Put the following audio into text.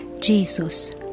jesus